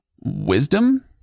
wisdom